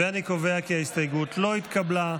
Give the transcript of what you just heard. אני קובע כי ההסתייגות לא התקבלה.